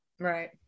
Right